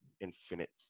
infinite